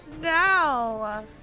Now